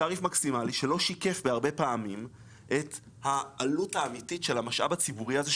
שלא שיקף בהרבה פעמים את העלות האמתית של המשאב הציבורי הזה,